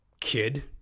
kid